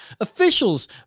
Officials